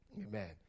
Amen